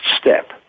step